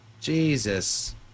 Jesus